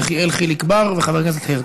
יחיאל חיליק בר וחבר הכנסת הרצוג.